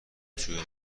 توی